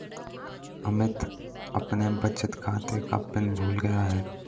अमित अपने बचत खाते का पिन भूल गया है